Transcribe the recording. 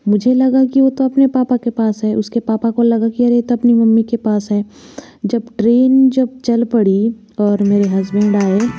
मुझे लगा कि वह तो अपने पापा के पास है उसके पापा को लगा कि अरे यह तो अपनी मम्मी के पास है जब ट्रेन जब चल पड़ी और मेरे हसबैंड आए